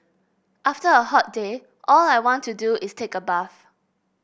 after a hot day all I want to do is take a bath